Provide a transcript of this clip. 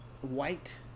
white